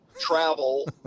travel